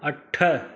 अठ